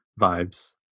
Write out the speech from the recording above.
vibes